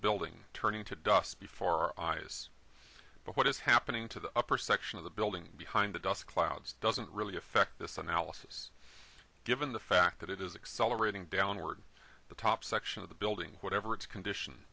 building turning to dust before our eyes but what is happening to the upper section of the building behind the dust clouds doesn't really affect this analysis given the fact that it is accelerating downward the top section of the building whatever its condition